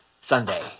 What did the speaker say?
Sunday